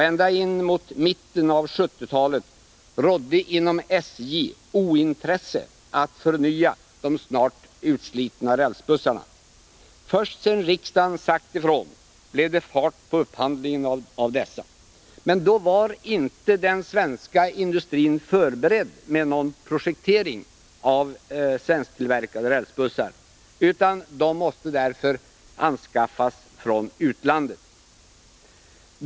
Ända in mot mitten av 1970-talet rådde inom SJ ointresse för att förnya de snart utslitna rälsbussarna. Först sedan riksdagen sagt ifrån blev det fart på upphandlingen. Men då var inte den svenska industrin förberedd med någon projektering av rälsbussar, utan de måste skaffas från utlandet.